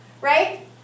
right